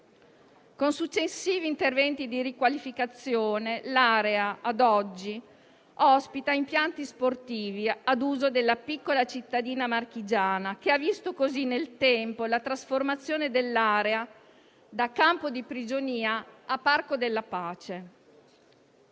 Con successivi interventi di riqualificazione l'area ospita oggi impianti sportivi ad uso della piccola cittadina marchigiana, che ha visto così nel tempo la trasformazione dell'area da campo di prigionia a Parco della pace.